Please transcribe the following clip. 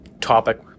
topic